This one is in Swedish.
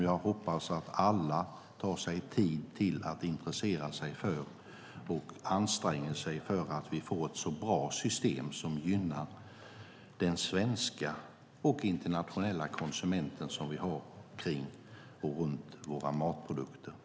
Jag hoppas att alla tar sig tid till och intresserar sig för den och anstränger sig så att vi får ett bra system som gynnar den svenska och internationella konsument som vi har kring våra matprodukter.